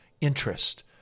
interest